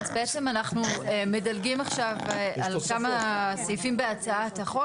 אז בעצם אנחנו מדלגים עכשיו על כמה סעיפים בהצעת החוק